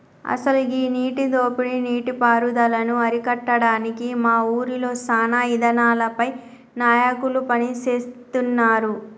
అసలు గీ నీటి దోపిడీ నీటి పారుదలను అరికట్టడానికి మా ఊరిలో సానా ఇదానాలపై నాయకులు పని సేస్తున్నారు